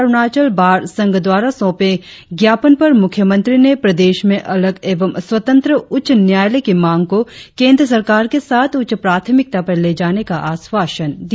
Arunachal bar संघ द्वारा सौपे ज्ञापन पर मुख्यमंत्री ने प्रदेश में अलग एवं स्वतंत्र उच्च न्यायालय की मांग को केंद्र सरकार के साथ उच्च प्राथमिकता पर ले जाने का आश्वासन दिया